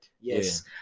Yes